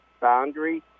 boundary